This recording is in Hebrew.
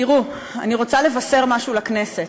תראו, אני רוצה לבשר משהו לכנסת: